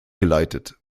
geleitet